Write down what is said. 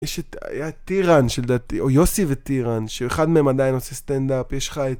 יש את טיראן שלדעתי, או יוסי וטיראן, שאחד מהם עדיין עושה סטנדאפ, יש לך את...